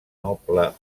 noble